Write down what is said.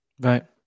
Right